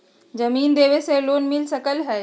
जमीन देवे से लोन मिल सकलइ ह?